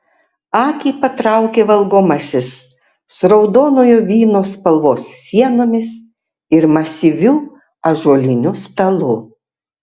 akį patraukė valgomasis su raudonojo vyno spalvos sienomis ir masyviu ąžuoliniu stalu